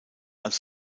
als